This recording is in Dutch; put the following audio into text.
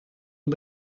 een